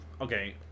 okay